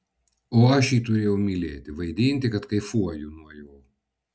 o aš jį turėjau mylėti vaidinti kad kaifuoju nuo jo